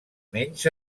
menys